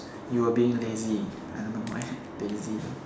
you were being lazy I don't know why lazy though